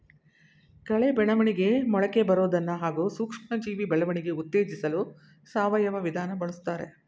ಕಳೆ ಬೆಳವಣಿಗೆ ಮೊಳಕೆಬರೋದನ್ನ ಹಾಗೂ ಸೂಕ್ಷ್ಮಜೀವಿ ಬೆಳವಣಿಗೆ ಉತ್ತೇಜಿಸಲು ಸಾವಯವ ವಿಧಾನ ಬಳುಸ್ತಾರೆ